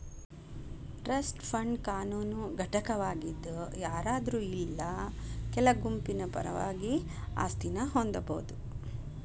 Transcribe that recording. trust fund ಕಾನೂನು ಘಟಕವಾಗಿದ್ ಯಾರಾದ್ರು ಇಲ್ಲಾ ಕೆಲ ಗುಂಪಿನ ಪರವಾಗಿ ಆಸ್ತಿನ ಹೊಂದಬೋದು